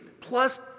plus